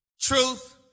Truth